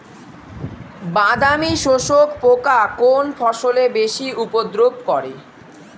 বাদামি শোষক পোকা কোন ফসলে বেশি উপদ্রব করে?